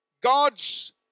God's